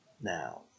Now